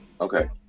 Okay